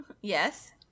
Yes